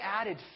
added